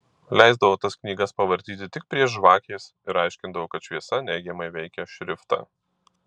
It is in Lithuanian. leisdavo tas knygas pavartyti tik prie žvakės ir aiškindavo kad šviesa neigiamai veikia šriftą